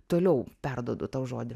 toliau perduodu tau žodį